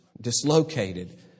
dislocated